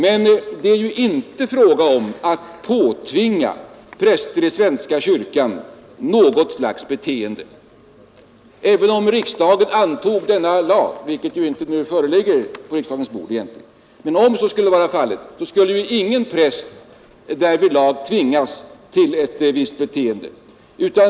Men det är ju inte fråga om att påtvinga präster i svenska kyrkan något slags beteende. Även om riksdagen antog denna lag — ett sådant förslag föreligger ju egentligen inte på riksdagens bord — skulle ingen präst därvidlag tvingas till ett visst beteende.